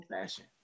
fashion